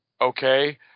okay